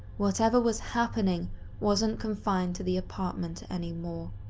whatever was happening wasn't confined to the apartment anymore.